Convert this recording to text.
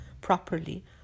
properly